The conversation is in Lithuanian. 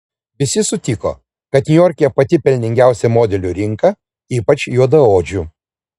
visi sutiko kad niujorke pati pelningiausia modelių rinka ypač juodaodžių